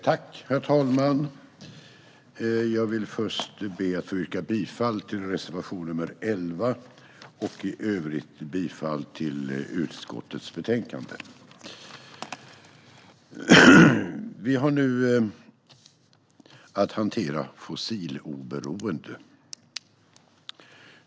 Herr talman! Jag vill först be att få yrka bifall till reservation 11 och i övrigt bifall till utskottets förslag. Vi har nu att hantera fossiloberoende.